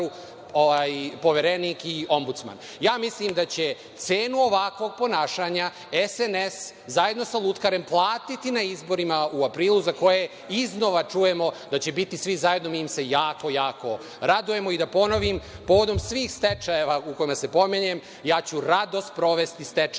Poverenik i Ombudsman. Ja mislim da će cenu ovakvog ponašanja SNS zajedno sa lutkarem platiti na izborima u aprilu, za koje iznova čujemo da će biti svi zajedno. Mi im se jako, jako radujemo. Da ponovim, povodom svih stečajeva u kojima se pominjem, ja ću rado sprovesti stečaj